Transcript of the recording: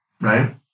right